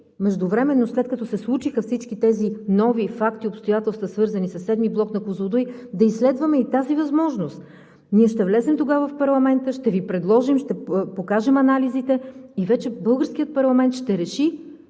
междувременно, след като се случиха всички тези нови факти и обстоятелства, свързани със VII блок на „Козлодуй“, да изследваме и тази възможност. Ние ще влезем тогава в парламента, ще Ви предложим, ще покажем анализите и вече българският парламент ще реши